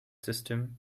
system